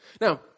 Now